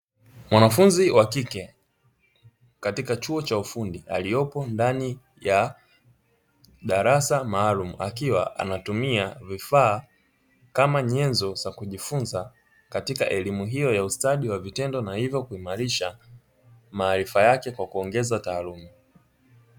Mwanafunzi wa kike katika chuo cha ufundi, aliyepo ndani ya darasa maalumu; akiwa anatumia vifaa kama nyenzo za kujifunza katika elimu hiyo ya ustadi wa vitendo na hivyo kuimarisha maarifa yake kwa kuongeza taaluma.